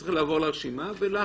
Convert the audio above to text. שצריך לעבור על הרשימה ולהחריג.